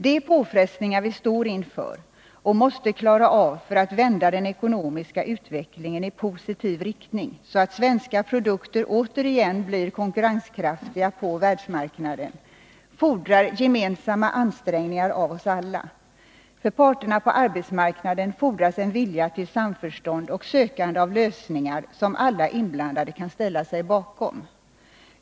De påfrestningar vi står inför och måste klara av för att vända den ekonomiska utvecklingen i positiv riktning så att svenska produkter återigen blir konkurrenskraftiga på världsmarknaden fordrar gemensamma ansträngningar. För parterna på arbetsmarknaden fordras en vilja till samförstånd och sökande av lösningar som alla inblandade kan ställa sig bakom.